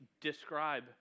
describe